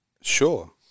Sure